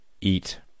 eat